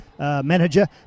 Manager